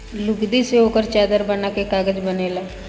लुगदी से ओकर चादर बना के कागज बनेला